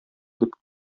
дип